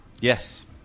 Yes